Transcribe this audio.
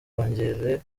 kongere